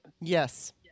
Yes